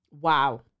wow